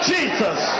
Jesus